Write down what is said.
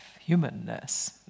humanness